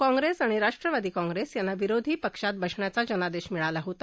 काँग्रेस आणि राष्ट्रवादी काँग्रेस यांना विरोधी पक्षात बसण्याचा जनादेश मिळाला होता